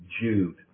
Jude